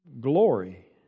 Glory